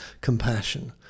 compassion